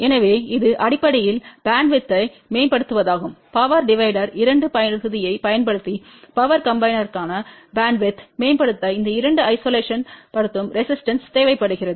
எனவே இது அடிப்படையில் பேண்ட்வித்யை மேம்படுத்துவதாகும் பவர் டிவைடர்க்கு இரண்டு பகுதியைப் பயன்படுத்தி பவர் காம்பினர்பிற்கான பேண்ட்வித் மேம்படுத்த இந்த இரண்டு ஐசோலேஷன் படுத்தும் ரெசிஸ்டன்ஸ் தேவைப்படுகிறது